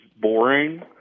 boring